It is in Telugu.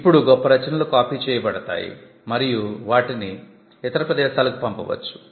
ఇప్పుడు గొప్ప రచనలు కాపీ చేయబడతాయి మరియు వాటిని ఇతర ప్రదేశాలకు పంపవచ్చు